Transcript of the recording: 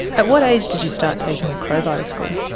at what age did you start taking a crowbar to school?